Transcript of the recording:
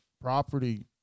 property